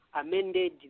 amended